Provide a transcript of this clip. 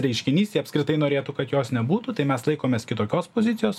reiškinys jie apskritai norėtų kad jos nebūtų tai mes laikomės kitokios pozicijos